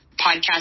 podcast